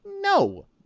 no